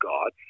God